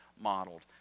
modeled